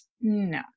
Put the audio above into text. No